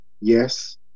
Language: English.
Yes